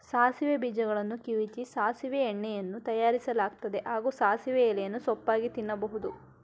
ಸಾಸಿವೆ ಬೀಜಗಳನ್ನು ಕಿವುಚಿ ಸಾಸಿವೆ ಎಣ್ಣೆಯನ್ನೂ ತಯಾರಿಸಲಾಗ್ತದೆ ಹಾಗೂ ಸಾಸಿವೆ ಎಲೆಯನ್ನು ಸೊಪ್ಪಾಗಿ ತಿನ್ಬೋದು